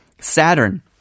Saturn